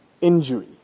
injury